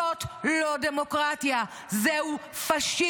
זאת לא דמוקרטיה, זהו פשיזם.